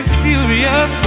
furious